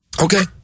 Okay